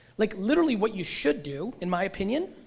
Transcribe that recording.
like literally what you should do, in my opinion,